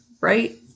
right